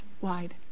wide